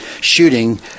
shooting